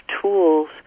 tools